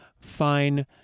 fine